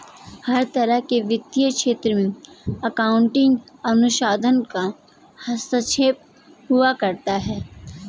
हर तरह के वित्तीय क्षेत्र में अकाउन्टिंग अनुसंधान का हस्तक्षेप हुआ करता है